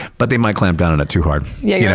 but they might clamp down on it too hard. yeah, yeah